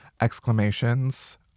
exclamations